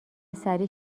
سریع